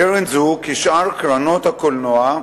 קרן זו, כשאר קרנות הקולנוע,